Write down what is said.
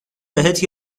بهت